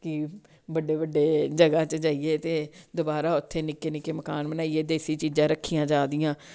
कि बड्डे बड्डे जगा च जेईयै ते दवारा उत्थे निक्के निक्के मकान बनाईयै देस्सी चीजां रक्खियां जा दियां